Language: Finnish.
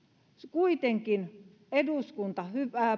kuitenkin eduskunta